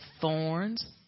thorns